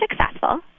successful